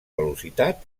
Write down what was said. velocitat